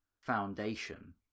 foundation